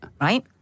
Right